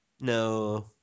No